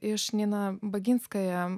iš nina baginskaja